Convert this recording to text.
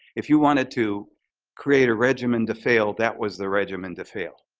if you wanted to create a regimen to fail, that was the regimen to fail.